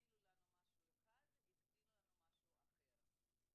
הגדילו לנו משהו אחד והקטינו לנו משהו אחר.